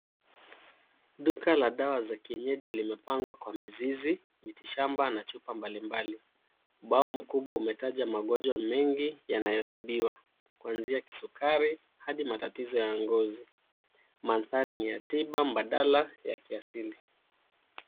Duka la dawa la kienyeji limepangwa kwa mizizi, miti shamba na chupa mbali mbali. Bao mkubwa umetaja magonjwa mengi yanayotibiwa kuanzia kisukari hadi matatizo ya ngozi. Mandhari ni ya tiba mbadala ya kiasili.